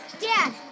Dad